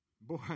boy